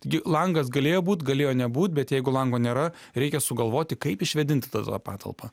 taigi langas galėjo būt galėjo nebūt bet jeigu lango nėra reikia sugalvoti kaip išvėdinti tai tada patalpą